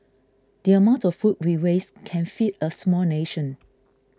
the amount of food we waste can feed a small nation